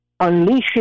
unleashing